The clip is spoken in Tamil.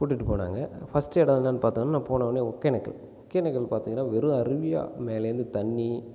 கூட்டிகிட்டு போனாங்க ஃபர்ஸ்ட் இடம் என்னென்னு பார்தோம்ன்னா நம்ம போன உடனே ஒகேனக்கல் ஒகேனக்கல் பார்த்தீங்கன்னா வெறும் அருவியாக மேலேருந்து தண்ணி